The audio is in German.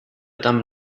dame